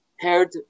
heard